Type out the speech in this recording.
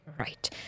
Right